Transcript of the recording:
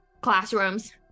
classrooms